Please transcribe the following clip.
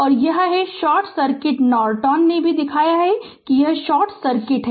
और यह है शॉर्ट सर्किट नॉर्टन ने भी दिखाया कि यह शॉर्ट सर्किट है